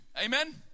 Amen